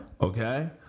Okay